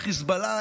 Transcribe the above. החיזבאללה,